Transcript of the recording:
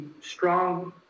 strong